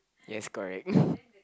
yes correct